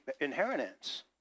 inheritance